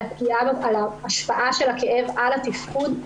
על ההשפעה של הכאב על התפקוד,